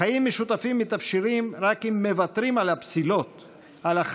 חיים משותפים מתאפשרים רק אם מוותרים על הפסילות,